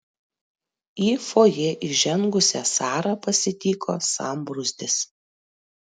į fojė įžengusią sarą pasitiko sambrūzdis